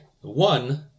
one